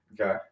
Okay